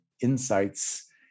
insights